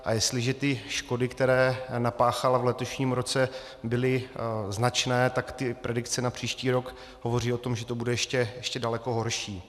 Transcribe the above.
A jestliže ty škody, které napáchala v letošním roce, byly značné, tak predikce na příští rok hovoří o tom, že to bude ještě daleko horší.